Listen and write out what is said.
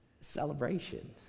celebration